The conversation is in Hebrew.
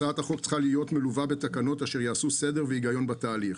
הצעת החוק צריכה להיות מלווה בתקנות אשר יעשו סדר והיגיון בתהליך.